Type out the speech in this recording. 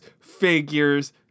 figures